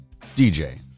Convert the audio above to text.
DJ